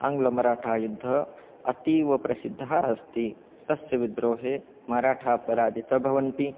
आङ्ग्लमराठायुद्धं अतीवप्रसिद्धम् अस्ति तस्य विद्रोहे मराठाः पराजिताः भवन्ति